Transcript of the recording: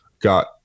got